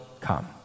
come